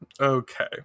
okay